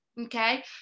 okay